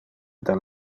del